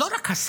לא רק השר,